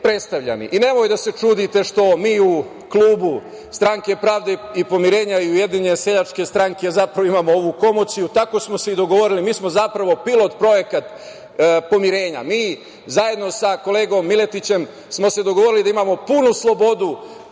da se čudite što mi u klubu Stranke pravde i pomirenja i Ujedinjene seljačke stranke zapravo imamo ovu komociju. Tako smo se i dogovorili. Mi smo zapravo pilot projekat pomirenja. Mi smo se zajedno sa kolegom Miletićem dogovorili da imamo punu slobodu